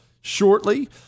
shortly